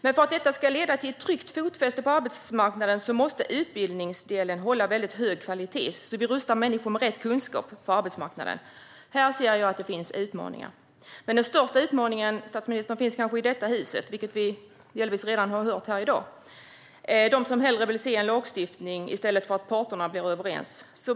Men för att det ska leda till ett tryggt fotfäste på arbetsmarknaden måste utbildningsdelen hålla hög kvalitet för att vi ska rusta människor med rätt kunskap på arbetsmarknaden. Här ser jag att det finns utmaningar. Men den största utmaningen, statsministern, finns kanske i detta hus, vilket vi delvis redan har hört här i dag. Det finns de som hellre vill se en lagstiftning i stället för att parterna ska komma överens.